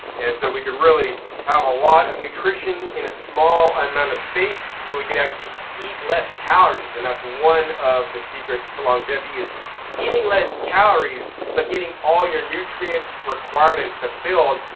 and so we could really have a lot of nutrition in a small amount of space. so we could actually eat less calories. and that's one of the secrets to longevity is eating less calories but getting all your nutrients requirements fulfilled.